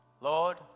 Lord